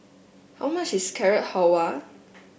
how much is Carrot Halwa